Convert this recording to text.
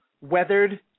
Weathered